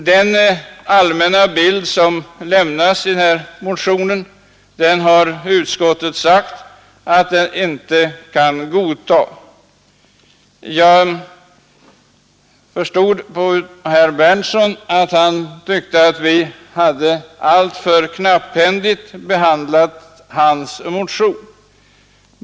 Den allmänna bild som lämnas i motionen har utskottet sagt sig inte kunna godta. Jag förstod på herr Berndtson att han tyckte att vi hade alltför knapphändigt behandlat hans motion.